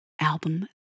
album